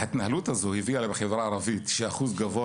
ההתנהלות הזו הביאה בחברה הערבית שאחוז גבוה